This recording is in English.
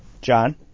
John